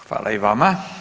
Hvala i vama.